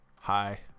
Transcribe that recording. hi